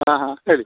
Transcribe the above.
ಹಾಂ ಹಾಂ ಹೇಳಿ